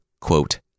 quote